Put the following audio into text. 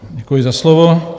Děkuji za slovo.